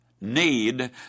need